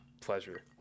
pleasure